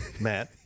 Matt